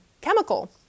chemical